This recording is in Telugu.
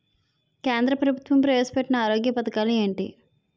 కేంద్ర ప్రభుత్వం ప్రవేశ పెట్టిన ఆరోగ్య పథకాలు ఎంటి?